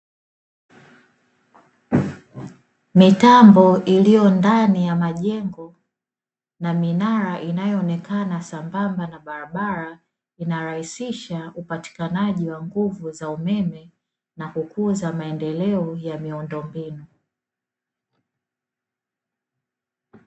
Mitambo iliyo ndani ya majengo na minara inayoonekana sambamba na barabara, inarahisisha upatikanaji wa nguvu za umeme na kukuza maendeleo ya miundombinu.